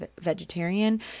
vegetarian